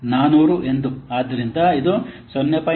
ಆದ್ದರಿಂದ ಇದು 0